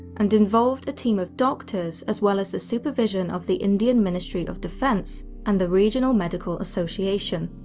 and involved a team of doctors as well as the supervision of the indian ministry of defence and the regional medical association.